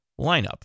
lineup